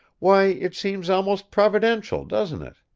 why, it seems almost providential, doesn't it?